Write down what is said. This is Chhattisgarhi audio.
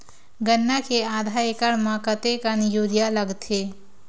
गन्ना के आधा एकड़ म कतेकन यूरिया लगथे?